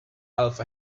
alpha